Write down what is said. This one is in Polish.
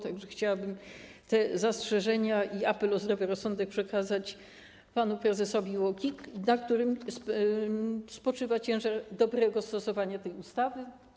Tak że chciałabym te zastrzeżenia i apel o zdrowy rozsądek przekazać panu prezesowi UOKiK, na którym spoczywa ciężar dobrego stosowania tej ustawy.